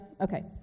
Okay